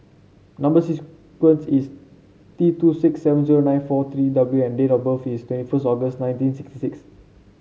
number sequence is T two six seven zero nine four three W and date of birth is twenty first August nineteen sixty six